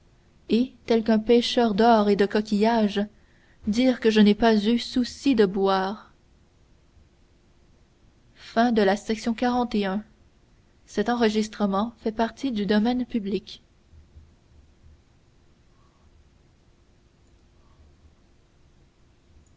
et tel qu'un pêcheur d'or et de coquillages dire que je n'ai pas eu souci de boire